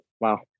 Wow